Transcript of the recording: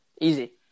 Easy